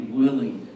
willing